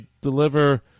deliver